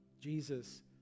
Jesus